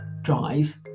drive